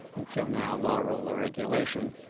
and so now, law, rule, or regulation